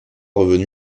revenu